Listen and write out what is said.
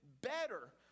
better